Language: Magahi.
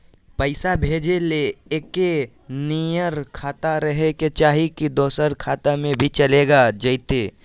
पैसा भेजे ले एके नियर खाता रहे के चाही की दोसर खाता में भी चलेगा जयते?